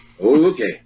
Okay